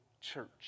church